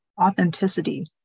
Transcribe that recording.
authenticity